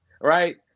right